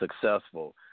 successful